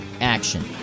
action